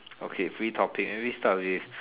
okay free topic maybe start with